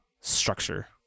structure